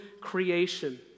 creation